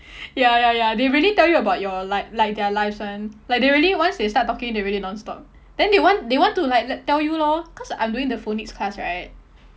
ya ya ya they really tell you about your like like their lives [one] like they really once they start talking they really non-stop then they want they want to like tell you lor cause I'm doing the phonics class right